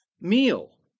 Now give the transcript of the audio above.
meal